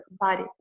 body